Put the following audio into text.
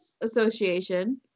Association